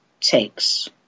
takes